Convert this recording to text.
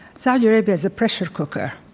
saudi arabia is a pressure cooker.